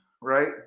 right